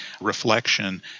reflection